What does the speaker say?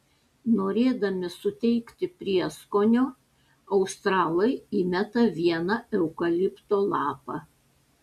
norėdami suteikti prieskonio australai įmeta vieną eukalipto lapą